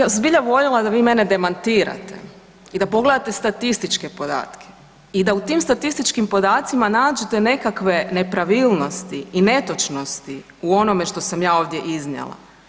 Pa kolega, ja bih zbilja voljela da vi mene demantirate i da pogledate statističke podatke i da u tim statističkim podacima nađete nekakve nepravilnosti i netočnosti u onome što sam ja ovdje iznijela.